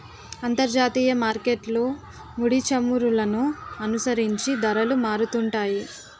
అంతర్జాతీయ మార్కెట్లో ముడిచమురులను అనుసరించి ధరలు మారుతుంటాయి